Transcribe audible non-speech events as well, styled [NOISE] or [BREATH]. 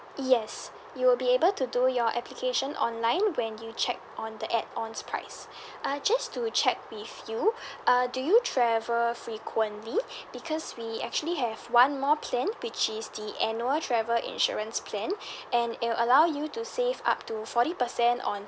yes you will be able to do your application online when you check on the add ons price [BREATH] uh just to check with you [BREATH] uh do you travel frequently because we actually have one more plan which is the annual travel insurance plan [BREATH] and it'll allow you to save up to forty percent on